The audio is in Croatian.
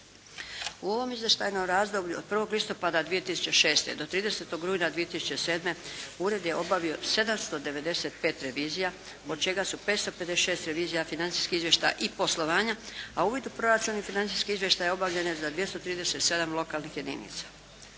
U ovom izvještajnom razdoblju od 1. listopada 2006. do 30. rujna 2007. ured je obavio 795 revizija od čega su 556 revizija financijski izvještaji i poslovanja a uvid u proračun i financijski izvještaj obavljen je za 237 lokalnih jedinica.